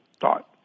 thought